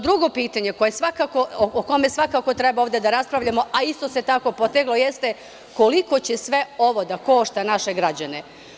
Drugo pitanje, o kome svakako treba ovde da raspravljamo, jeste – koliko će sve ovo da košta naše građane?